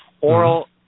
Oral